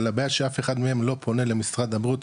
אבל הבעיה שאף אחד מהם לא פונה למשרד הבריאות,